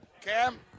Cam